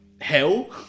hell